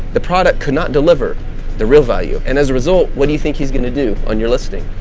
the product could not deliver the real value, and as a result, what do you think he's gonna do on your listing?